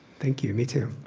thank you. me, too.